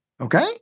okay